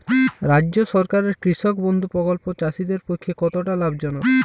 রাজ্য সরকারের কৃষক বন্ধু প্রকল্প চাষীদের পক্ষে কতটা লাভজনক?